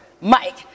Mike